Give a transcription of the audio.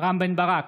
רם בן ברק,